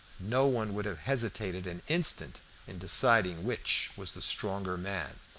no one would have hesitated an instant in deciding which was the stronger man.